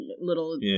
little